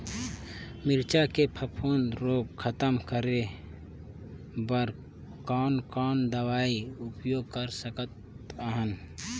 मिरचा के फफूंद रोग खतम करे बर कौन कौन दवई उपयोग कर सकत हन?